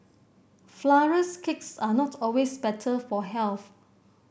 flourless cakes are not always better for health